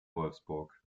wolfsburg